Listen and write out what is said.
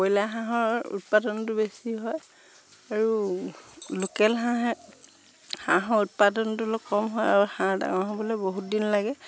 কয়লা হাঁহৰ উৎপাদনটো বেছি হয় আৰু লোকেল হাঁহে হাঁহৰ উৎপাদনটো অলপ কম হয় আৰু হাঁহ ডাঙৰ হ'বলৈ বহুত দিন লাগে